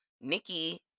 Nikki